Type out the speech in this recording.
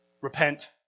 Repent